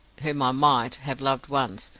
whom i might have loved once,